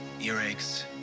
earaches